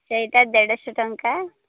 ସେଇଟା ଦେଢ଼ ଶହ ଟଙ୍କା